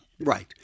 Right